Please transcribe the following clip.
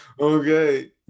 Okay